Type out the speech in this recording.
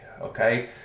Okay